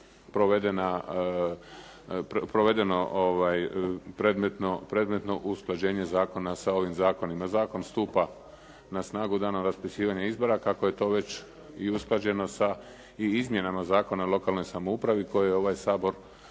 provedeno predmetno usklađenja zakona sa ovim zakonima. zakon stupa na snagu od dana raspisivanja izbora, kako je to već i usklađeno sa i izmjenama Zakona o lokalnoj samoupravi koje je ovaj Sabor